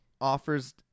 offers